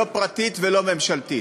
לא פרטית ולא ממשלתית.